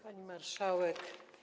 Pani Marszałek!